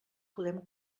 podem